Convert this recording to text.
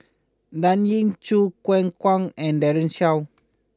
Dan Ying Choo Keng Kwang and Daren Shiau